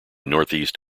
northeast